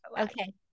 okay